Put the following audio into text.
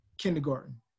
kindergarten